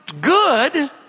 good